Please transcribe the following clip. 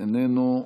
איננו.